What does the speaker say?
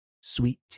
sweet